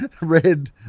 red